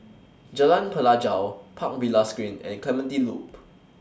Jalan Pelajau Park Villas Green and Clementi Loop